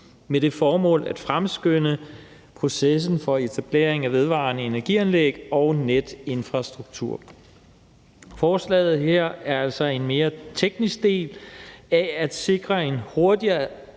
med det formål at fremskynde processen for etablering af vedvarende energi-anlæg og netinfrastruktur. Forslaget her er altså den mere tekniske del af at sikre en hurtigere